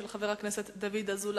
של חבר הכנסת דוד אזולאי,